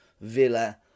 Villa